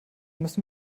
müssen